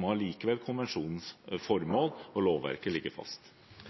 må vel allikevel konvensjonens formål og lovverket ligge fast? Vi leter etter muligheter til å gjennomføre dette, og det er ingen tvil om at konvensjonen ligger fast.